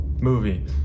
movie